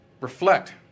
Reflect